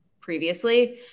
previously